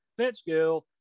Fitzgill